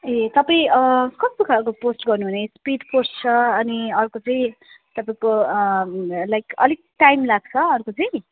ए तपाईँ कस्तो खालको पोस्ट गर्नुहुने स्पिड पोस्ट छ अनि अर्को फेरि तपाईँको लाइक अलिक टाइम लाग्छ अर्को चाहिँ